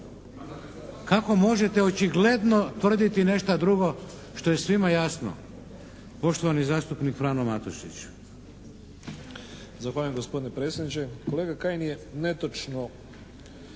Kako možete očigledno tvrditi nešta drugo što je svima jasno? Poštovani zastupnik Frano Matušić.